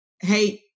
hey